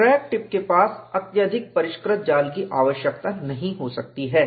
crack tip के पास अत्यधिक परिष्कृत जाल रिफाइन मेश की आवश्यकता नहीं हो सकती है